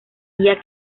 día